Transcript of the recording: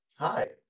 Hi